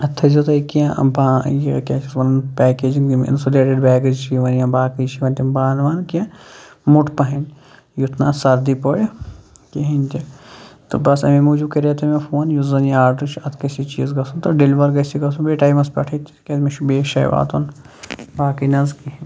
اَتھ تھٲیہِ زیٚو تُہۍ کیٚنہہ بانہٕ یہِ کیٛاہ چھِ اَتھ وَنان پٮ۪کیجِنٛگ یِم اِنٛسُلیٹِڈ بیگٕس چھِ یِوان یا باقٕے چھِ یِوان تِم بانہٕ وانہٕ کیٚنہہ موٚٹ پہن یُتھ نہٕ اَتھ سردی پورِ کِہیٖنۍ تہِ تہٕ بَس أمی موجوٗب کَریو تۄہہِ مےٚ فون یُس زَنہٕ یہِ آرڈَر چھِ اَتھ گژھِ یہِ چیٖز گژھُن تہٕ ڈیلوَر گژھِ یہِ گژھُن بیٚیہِ ٹایمَس پٮ۪ٹھٕے تِکیٛازِ مےٚچھُ بٮ۪یِس جایہِ واتُن باقٕے نہٕ حظ کِہیٖنۍ